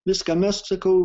viską mesk sakau